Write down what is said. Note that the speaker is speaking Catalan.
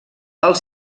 els